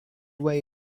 way